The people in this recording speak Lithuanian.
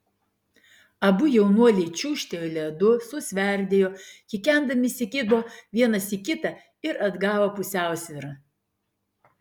abu jaunuoliai čiūžtelėjo ledu susverdėjo kikendami įsikibo vienas į kitą ir atgavo pusiausvyrą